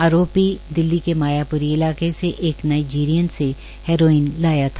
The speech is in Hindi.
आरोपी दिल्ली के मायापुरी इलाके से इन नाईजीरियन से हैरोईन लाया था